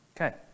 Okay